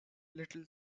little